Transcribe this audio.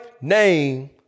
name